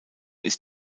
ist